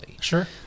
Sure